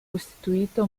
costruito